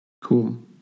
Cool